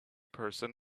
person